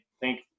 thank